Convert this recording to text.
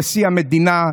נשיא המדינה,